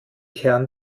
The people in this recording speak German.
kern